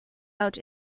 out